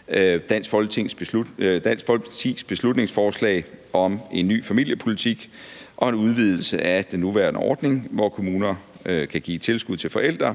– Dansk Folkepartis beslutningsforslag om en ny familiepolitik og en udvidelse af den nuværende ordning, hvor kommuner kan give tilskud til forældre,